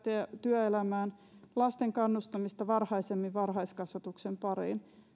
työelämään ja lasten kannustamista varhaisemmin varhaiskasvatuksen pariin